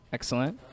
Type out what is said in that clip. Excellent